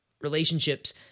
relationships